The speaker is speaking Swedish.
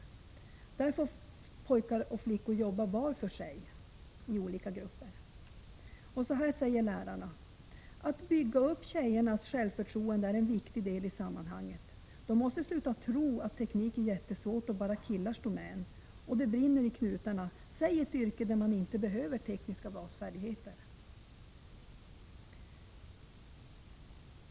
Där får pojkarna och flickorna jobba var för sig i olika grupper. Så här säger lärarna: ”Att bygga upp tjejernas självförtroende är en viktig del i sammanhanget. De måste sluta tro att teknik är jättesvårt och bara killars domän. Och det brinner i knutarna. Säg ett yrke där man inte behöver tekniska basfärdigheter?